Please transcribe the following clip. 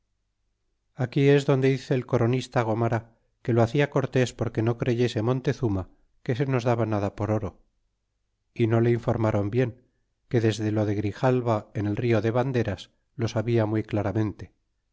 aquí es donde dice el coronista gomara que lo hacia cortés porque no creyese montezuma que se nos daba nada por oro y no le informaron bien que desde lo de grijalva en el rio de vanderas lo sabia muy claramente